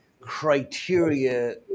criteria